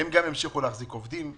הם גם המשיכו להחזיק עובדים.